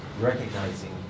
recognizing